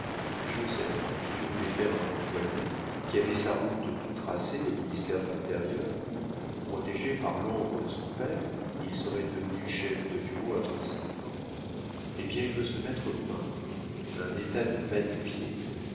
joseph de qui je voulais faire un employé qui avait sa route toute tracée au ministère de l'intérieur où protégé par l'ombre de son père il serait devenu chef de bureau à vingt-cinq ans eh bien il veut se mettre peintre un état de